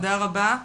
תודה רבה.